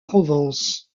provence